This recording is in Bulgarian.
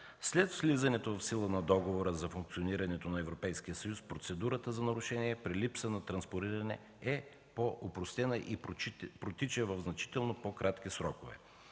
След влизането в сила на Договора за функционирането на Европейския съюз процедурата за нарушение при липса на транспониране е по-опростена и протича в значително по-кратки срокове.